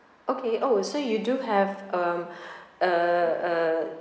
okay oh so you do have um uh uh